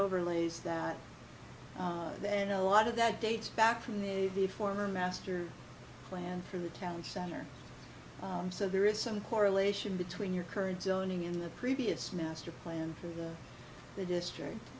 overlays that then a lot of that dates back from the the former master plan for the town center so there is some correlation between your current zoning in the previous master plan for the district